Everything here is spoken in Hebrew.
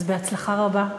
אז בהצלחה רבה.